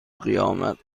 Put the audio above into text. قیامت